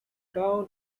town